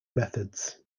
methods